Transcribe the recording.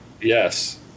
Yes